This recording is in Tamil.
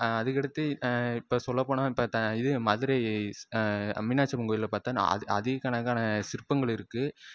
அதுக்கடுத்து இப்போ சொல்லப்போனால் இப்போ த இது மதுரை மீனாட்சியம்மன் கோயிலில் பார்த்தா அதிக கணக்கான சிற்பங்கள் இருக்குது